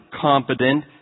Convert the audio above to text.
competent